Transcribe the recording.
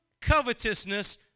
covetousness